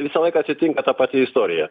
visą laiką atsitinka ta pati istorija